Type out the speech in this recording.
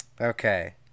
Okay